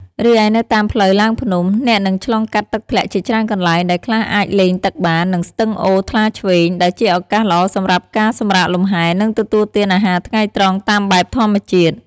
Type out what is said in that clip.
រីឯនៅតាមផ្លូវឡើងភ្នំ អ្នកនឹងឆ្លងកាត់ទឹកធ្លាក់ជាច្រើនកន្លែង ដែលខ្លះអាចលេងទឹកបាន និងស្ទឹងអូរថ្លាឈ្វេង ដែលជាឱកាសល្អសម្រាប់ការសម្រាកលំហែ និងទទួលទានអាហារថ្ងៃត្រង់តាមបែបធម្មជាតិ។